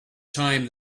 time